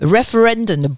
Referendum